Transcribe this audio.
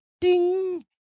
ding